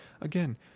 Again